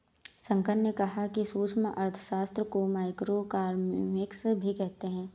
शंकर ने कहा कि सूक्ष्म अर्थशास्त्र को माइक्रोइकॉनॉमिक्स भी कहते हैं